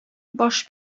баш